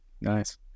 Nice